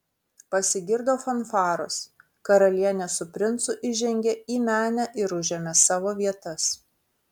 pasigirdo fanfaros karalienė su princu įžengė į menę ir užėmė savo vietas